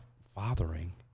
fathering